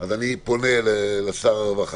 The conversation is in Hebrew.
אז אני פונה לשר הרווחה,